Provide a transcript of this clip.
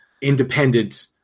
independent